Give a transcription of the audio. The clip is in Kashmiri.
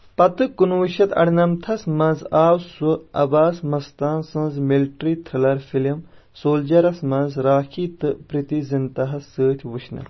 پتہٕ کُنہٕ وُہ شَتھ اَرٕنَمَتس منٛز آو سُہ عباس مستان سنٛز ملٹری تھرلر فلم سولجَرس منٛز راکھی تہٕ پریتی زنتاہَس سۭتۍ وٕچھنہٕ